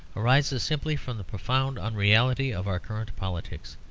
arises simply from the profound unreality of our current politics?